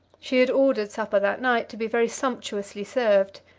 she had ordered supper that night to be very sumptuously served.